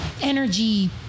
energy